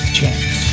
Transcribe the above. Chance